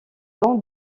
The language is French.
don